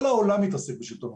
כל העולם מתעסק בשלטון המקומי,